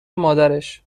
مادرش